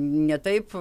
ne taip